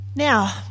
Now